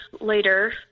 later